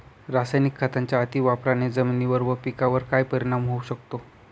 रासायनिक खतांच्या अतिवापराने जमिनीवर व पिकावर काय परिणाम होऊ शकतो?